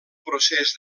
procés